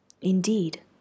Indeed